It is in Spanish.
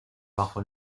bajo